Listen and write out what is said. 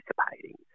participating